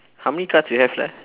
how many cards you have left